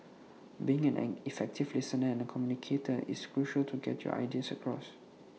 being an effective listener and communicator is crucial to get your ideas across